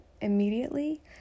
Immediately